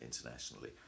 internationally